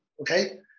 okay